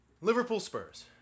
Liverpool-Spurs